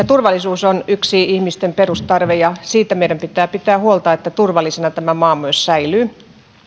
turvallisuus on yksi ihmisten perustarve ja siitä meidän pitää pitää huolta että turvallisena tämä maa myös säilyy